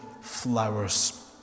flowers